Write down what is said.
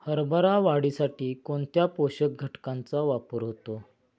हरभरा वाढीसाठी कोणत्या पोषक घटकांचे वापर होतो?